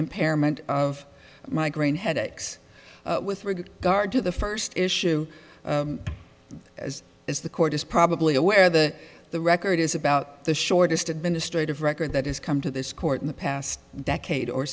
impairment of migraine headaches with regard to the first issue as is the court is probably aware the the record is about the shortest administrative record that is come to this court in the past decade or